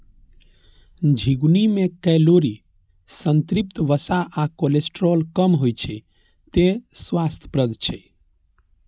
झिंगुनी मे कैलोरी, संतृप्त वसा आ कोलेस्ट्रॉल कम होइ छै, तें स्वास्थ्यप्रद छै